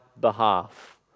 behalf